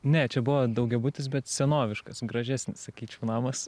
ne čia buvo daugiabutis bet senoviškas gražesnis sakyčiau namas